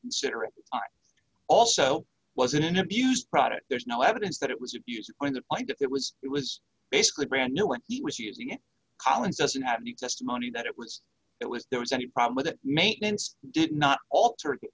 consider also wasn't an abuse product there's no evidence that it was abuse when the point that it was it was basically brand new when you receive using it collins doesn't have to testimony that it was it was there was any problem with it maintenance did not alter